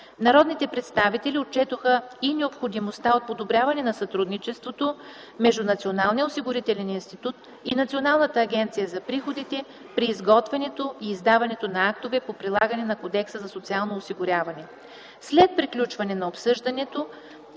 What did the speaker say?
Народните представители отчетоха и необходимостта от подобряване на сътрудничеството между Националния осигурителен институт и Националната агенция за приходите при изготвянето и издаването на актове по прилагането на Кодекса за социално осигуряване. След приключване на обсъждането